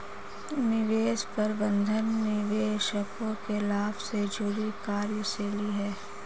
निवेश प्रबंधन निवेशकों के लाभ से जुड़ी कार्यशैली है